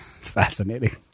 Fascinating